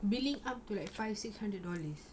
billing up to like five six hundred dollars